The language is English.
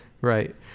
Right